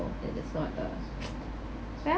it is not a well